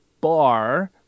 bar